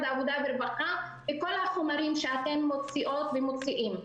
העבודה והרווחה וכל החומרים שאתם מוציאות ומוציאים.